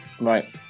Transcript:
right